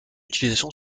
utilisation